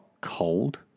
cold